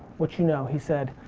what you know? he said,